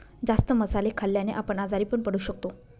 जास्त मसाले खाल्ल्याने आपण आजारी पण पडू शकतो